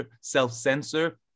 self-censor